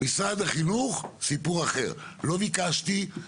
משרד החינוך זה סיפור אחר, לא ביקשתי.